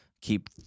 keep